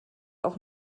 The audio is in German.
auch